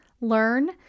learn